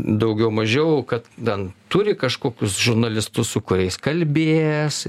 daugiau mažiau kad ten turi kažkokius žurnalistus su kuriais kalbės